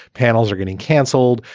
panels are getting canceled.